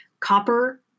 copper